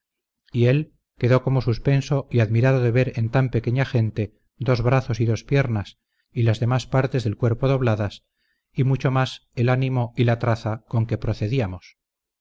y él quedó como suspenso y admirado de ver en tan pequeña gente dos brazos y dos piernas y las demás partes del cuerpo dobladas y mucho más del ánimo y traza con que procedíamos